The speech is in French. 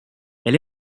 elle